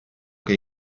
che